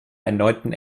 erneuten